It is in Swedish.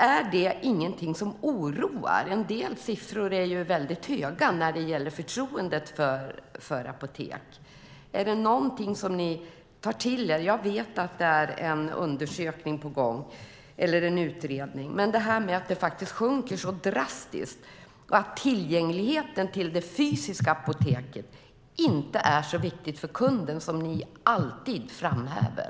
Är det inget som oroar? Siffrorna är ju väldigt höga när det gäller förtroendet för apotek. Är det något som ni tar till er? Jag vet att det är en utredning på gång. Det är mycket oroande att kundnöjdheten sjunker så drastiskt. Vi ser också att tillgängligheten till det fysiska apoteket inte är så viktigt för kunden som ni alltid framhäver.